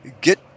get